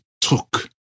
took